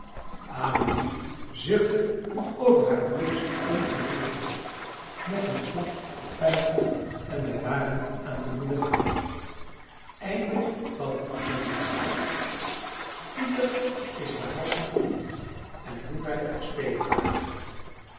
amelie zuchtte over haar broeders ongevoelig hart nog een slag of vijftig en wij waren aan de boerderij wij stapten aan